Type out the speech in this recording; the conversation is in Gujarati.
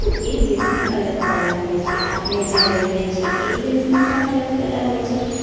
તો એ દેશની અલગ કલા હોય છે આપણે જ્યાં રહીએ છીએ એ દેશની પણ અલગ કલા હોય છે